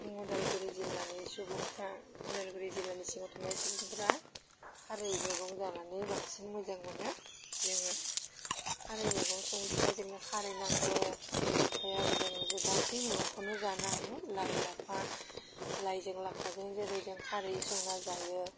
जों अदालगुरि जिल्लानि सुबुंफ्रा अदालगुरि जिल्लानि सिङाव थानाय सुबुंफ्रा खारै मेगं जानानै बांसिन मोजां मोनो जोङो खारै मेगं संनो थाखाय जोंनो खारै नांग' ओमफाय आरो जों गासै मेगंखौनो जानो हायो लाइ लाफा लाइजों लाफाजों जेरै जों खारै संना जायो